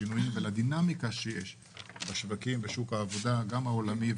לשינויים ולדינמיקה שיש גם בשוק העבודה העולמי,